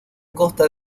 costa